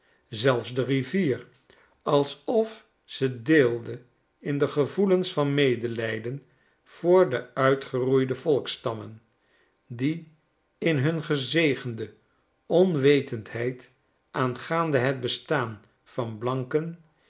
zelfs de rivier alsof ze deelde in de gevoelens van medelijden voor de uitgeroeide volksstammen die in hun gezegende onwetendheid aangaande het bestaan van blanken